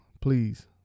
please